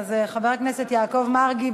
אז חבר הכנסת יעקב מרגי,